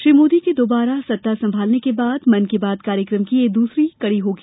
श्री मोदी के दोबारा सत्ता संभालने के बाद मन की बात कार्यक्रम की यह दूसरी कड़ी होगी